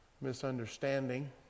misunderstanding